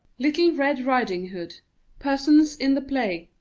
little red riding-hood persons in the play